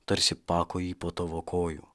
tarsi pakojį po tavo kojų